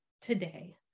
today